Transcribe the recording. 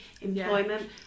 employment